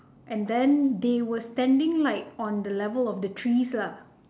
and then they where standing like on the level of the trees lah